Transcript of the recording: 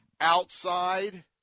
outside